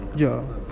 yeah